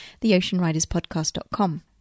theoceanriderspodcast.com